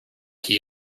key